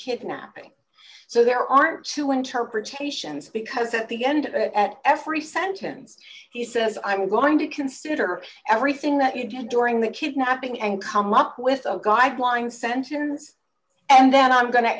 kidnapping so there are two interpretations because at the end of it at every sentence he says i'm going to consider everything that you did during that kidnapping and come up with a guideline sentence and then i'm going to